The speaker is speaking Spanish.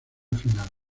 final